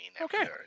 Okay